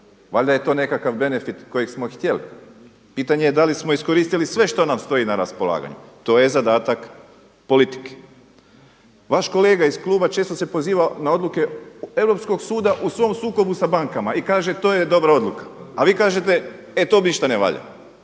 Valjda je to nekakav benefit kojeg smo htjeli? Pitanje je da li smo iskoristili sve što nam stoji na raspolaganju? To je zadatak politike. Vaš kolega iz Kluba često se poziva na odluke Europskog suda u svom sukobu s bankama i kaže to je dobra odluka, a vi kažete e to ništa ne valja.